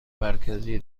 مرکزی